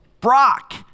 Brock